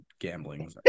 gambling